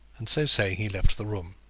and so saying he left the room.